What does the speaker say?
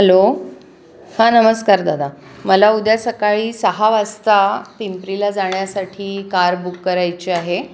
hello हां नमस्कार दादा मला उद्या सकाळी सहा वाजता पिंपरीला जाण्यासाठी कार बुक करायची आहे